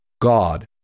God